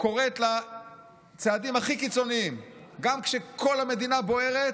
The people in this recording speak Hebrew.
קוראת לצעדים הכי קיצוניים גם כשכל המדינה בוערת.